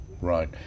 Right